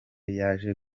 yaje